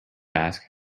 ask